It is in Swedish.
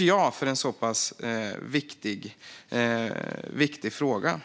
i en så pass viktig fråga.